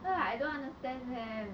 so I don't understand them